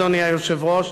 אדוני היושב-ראש,